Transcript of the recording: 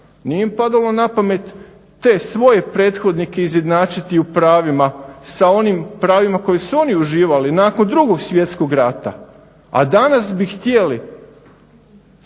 Nije im padalo na pamet te svoje prethodnike izjednačiti u pravima sa onim pravima koja su oni uživali nakon Drugog svjetskog rata. A danas bi htjeli